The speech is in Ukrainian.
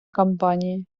кампанії